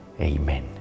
amen